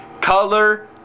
color